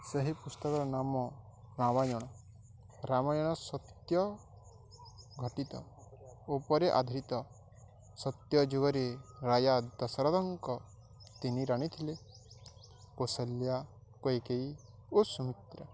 ସେହି ପୁସ୍ତକ ନାମ ରାମାୟଣ ରାମାୟଣ ସତ୍ୟ ଘଟିତ ଉପରେ ଆଧାରିତ ସତ୍ୟ ଯୁଗରେ ରାଜା ଦଶରଥଙ୍କ ତିନି ରାଣୀ ଥିଲେ କୌଶଲ୍ୟା କୈକେୟୀ ଓ ସୁମିତ୍ରା